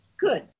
good